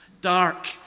dark